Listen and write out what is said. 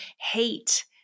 hate